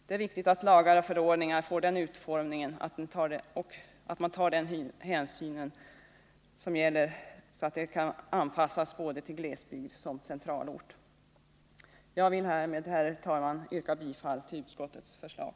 Det är viktigt att lagar och förordningar får sådan utformning att de kan anpassas till både glesbygd och centralort. Jag vill därmed, herr talman, yrka bifall till utskottets förslag.